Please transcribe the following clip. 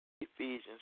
Ephesians